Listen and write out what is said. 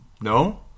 no